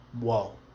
whoa